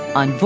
on